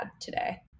today